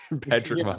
Patrick